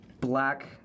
black